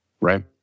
right